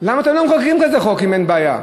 למה אתם לא מחוקקים כזה חוק אם אין בעיה?